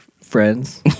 Friends